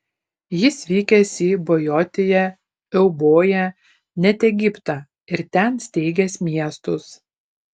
jis vykęs į bojotiją euboją net egiptą ir ten steigęs miestus